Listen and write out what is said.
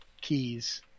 keys